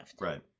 Right